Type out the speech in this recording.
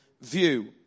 view